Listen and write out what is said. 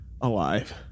alive